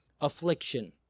affliction